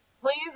Please